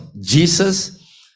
Jesus